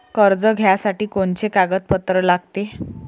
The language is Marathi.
कर्ज घ्यासाठी कोनचे कागदपत्र लागते?